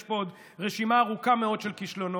יש פה עוד רשימה ארוכה מאוד של כישלונות: